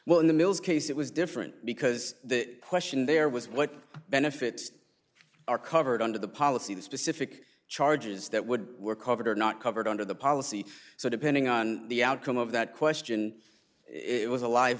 well in the mills case it was different because the question there was what benefits are covered under the policy the specific charges that would be were covered or not covered under the policy so depending on the outcome of that question it was a live